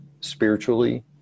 spiritually